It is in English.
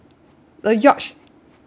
the yacht